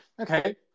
Okay